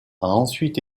ensuite